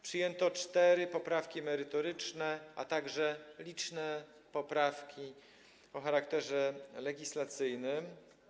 Przyjęto cztery poprawki merytoryczne, a także liczne poprawki o charakterze legislacyjnym.